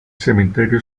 cementerio